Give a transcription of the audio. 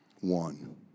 one